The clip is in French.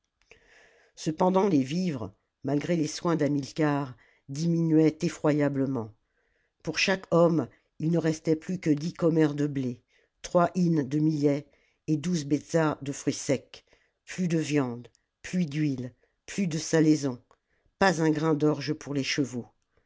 cependant les vivres malgré les soins d'hamilcar diminuaient effroyablement pour chaque homme il ne restait plus que dix k'hommers de blé trois hins de millet et douze betzas de fruits secs plus de viande plus d'huile plus de salaisons pas un grain d'orge pour les chevaux